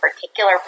particular